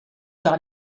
par